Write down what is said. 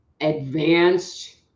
advanced